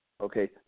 Okay